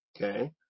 Okay